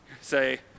say